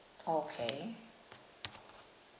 okay